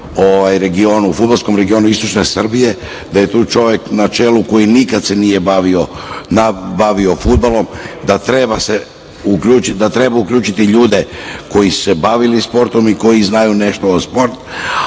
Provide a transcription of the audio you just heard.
u fudbalskom regionu istočne Srbije, da je tu čovek na čelu koji nikad se nije bavio fudbalom, da treba uključiti ljude koji su se bavili sportom i koji znaju nešto o sportu,